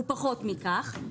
הוא פחות מכך.